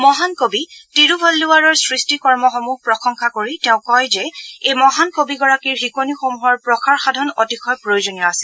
মহান কবি তিৰুভল্লুৱাৰৰ সৃষ্টি কৰ্মসমূহক প্ৰশংসা কৰি তেওঁ কয় যে এই মহান কবিগৰাকীৰ শিকনিসমূহৰ প্ৰসাৰ সাধন অতিশয় প্ৰয়োজনীয় আছিল